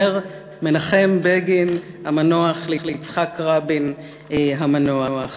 אומר מנחם בגין המנוח ליצחק רבין המנוח.